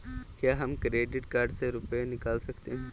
क्या हम credit card से रुपये निकाल सकते हैं?